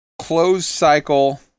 closed-cycle